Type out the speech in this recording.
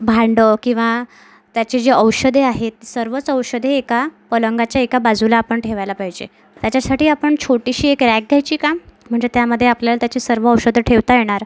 भांड किंवा त्याचे जे औषधे आहेत सर्वच औषधे एका पलंगाच्या एका बाजूला आपण ठेवायला पाहिजे त्याच्यासाठी आपण छोटीशी एक रॅक घ्यायची का म्हणजे त्यामध्ये आपल्याला त्याची सर्व औषधं ठेवता येणार